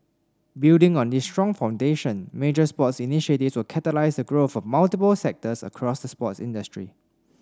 building on this strong foundation major sports initiatives will catalyse the growth of multiple sectors across the sports industry